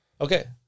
Okay